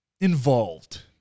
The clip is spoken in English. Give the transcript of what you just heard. involved